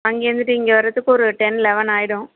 அங்கிருந்துட்டு இங்கே வரதுக்கு ஒரு டென் லெவன் ஆகிடும்